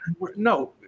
No